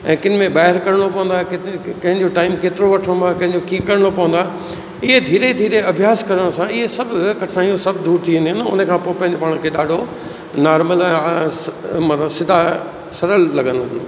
ऐं किन में ॿाहिरि करिणो पवंदो आहे कंहिं जो टाइम केतिरो वठिणो आहे कंहिं जो कीअं करिणो पवंदो आहे इहे धीरे धीरे अभ्यास करण सां इहे सभु कठिनाइयूं सभु दूरि थी वेंदियूं आहिनि उनखां पो पंहिंजे पाण खे ॾाढो नार्मल ऐं आसन मतिलबु सिधा सरलु लॻंदा